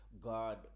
God